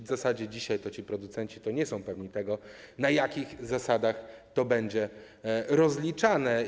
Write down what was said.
W zasadzie dzisiaj producenci nie są pewni tego, na jakich zasadach to będzie rozliczane.